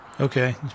Okay